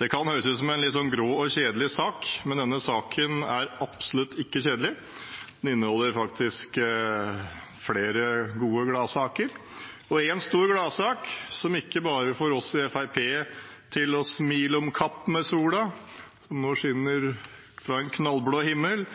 Det kan høres ut som en litt grå og kjedelig sak, men denne saken er absolutt ikke kjedelig. Den inneholder flere gode gladsaker, og én stor gladsak som ikke bare får oss i Fremskrittspartiet til å smile om kapp med sola, som nå skinner fra en knallblå himmel,